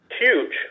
Huge